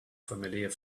familiar